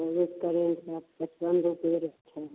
वही तो कहे रहे हैं थोड़ा पचपन भोग लेगे अच्छा है